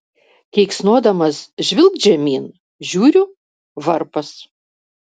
keiksnodamas žvilgt žemyn žiūriu varpas